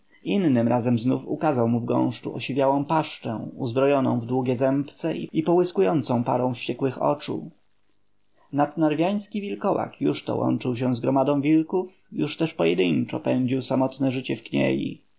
innym razem znów ukazał mu w gąszczu osiwiałą paszczę uzbrojoną w długie zębce i połyskującą parą wściekłych oczu nadnarwiański wilkołak już to łączył się z gromadą wilków już też pojedyńczo pędził samotne życie w kniei